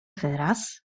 wyraz